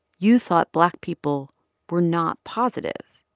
you thought black people were not positive,